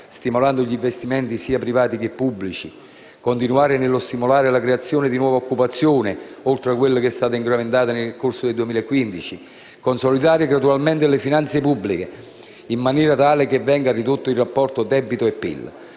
stimolando gli investimenti, sia privati che pubblici; continuare a stimolare la creazione di nuova occupazione, oltre a quella che è stata incrementata nel corso del 2015; consolidare gradualmente le finanze pubbliche, in maniera tale che venga ridotto il rapporto tra debito e PIL;